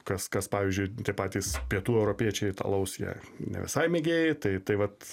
kas kas pavyzdžiui patys pietų europiečiai alaus jei ne visai mėgėjai tai tai vat